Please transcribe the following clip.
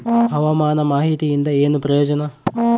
ಹವಾಮಾನ ಮಾಹಿತಿಯಿಂದ ಏನು ಪ್ರಯೋಜನ?